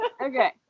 Okay